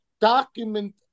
document